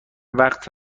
وقت